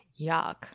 Yuck